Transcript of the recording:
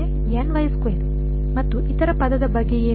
ಮತ್ತು ಇತರ ಪದದ ಬಗ್ಗೆ ಏನು